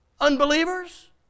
unbelievers